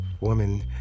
woman